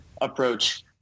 approach